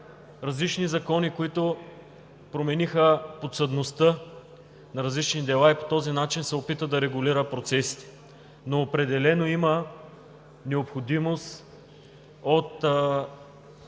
различни закони, които промениха подсъдността на различни дела и по този начин се опита да регулира процесите. Определено има необходимост от